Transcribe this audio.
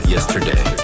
yesterday